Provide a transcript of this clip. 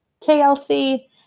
KLC